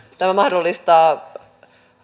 tämä mahdollistaa